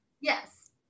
Yes